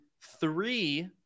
three